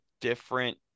different